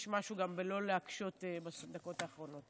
יש משהו גם בלא להקשות בדקות האחרונות.